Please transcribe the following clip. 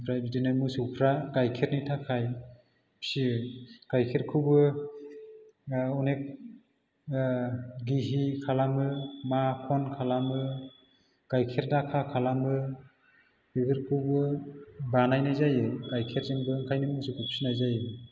ओमफ्राइ बि्दिनो मोसौफ्रा गायखेरनि थाखाय फिसियो गायखेरखौबो अनेक गिहि खालामो माख'न खालामो गायखेर दाखा खालामो बेफोरखौबो बानायनाय जायो गायखेरजोंबो ओंखायनो मोसौखौ फिसिनाय जायो